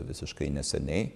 visiškai neseniai